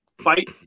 fight